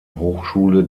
hochschule